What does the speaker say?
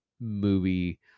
movie